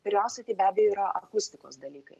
pirmiausia tai be abejo yra akustikos dalykai